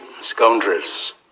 scoundrels